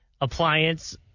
appliance